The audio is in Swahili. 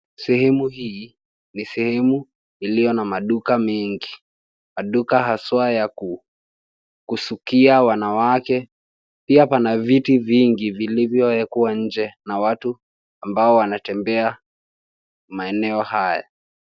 Sehemu hii ni sehemu iliyo na maduka mengi. Maduka haswa ya kusukia wanawake. Pia pana viti vingi vilivyowekwa nje na watu ambao wanatembea maeneo haya.